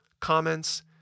comments